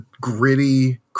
gritty